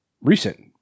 recent